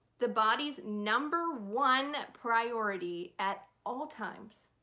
the body's number one priority at all times,